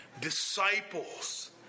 disciples